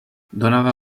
donada